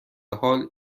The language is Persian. حال